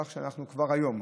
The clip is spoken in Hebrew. כך שאנחנו כבר היום,